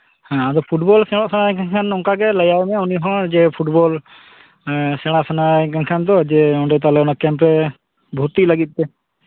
ᱦᱮᱸ ᱟᱫᱚ ᱯᱷᱩᱴᱵᱚᱞ ᱥᱮᱬᱟ ᱥᱟᱱᱟᱭᱮ ᱠᱟᱱ ᱠᱷᱟᱱ ᱚᱝᱠᱟ ᱜᱮ ᱞᱟᱹᱭᱟᱭ ᱢᱮ ᱩᱱᱤ ᱦᱚᱸ ᱡᱮ ᱯᱷᱩᱴᱵᱚᱞ ᱥᱮᱬᱟ ᱥᱟᱱᱟᱭᱮ ᱠᱟᱱ ᱠᱷᱟᱱ ᱫᱚ ᱚᱸᱰᱮ ᱛᱟᱦᱞᱮ ᱚᱱᱟ ᱠᱮᱢᱯᱨᱮ ᱵᱷᱩᱛᱛᱤᱜ ᱞᱟᱹᱜᱤᱫᱛᱮ